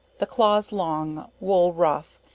the claws long, wool rough,